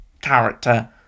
character